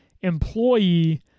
employee